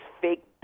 fake